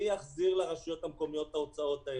מי יחזיר לרשויות המקומיות את ההוצאות האלה?